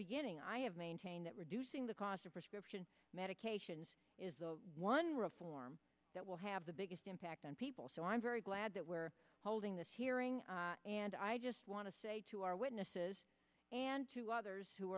beginning i have maintained that reducing the cost of prescription medications is the one reform that will have the biggest impact on people so i'm very glad that we're holding this hearing and i just want to say to our witnesses and to others who